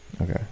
Okay